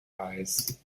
eyes